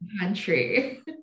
country